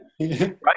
right